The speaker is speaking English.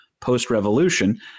post-revolution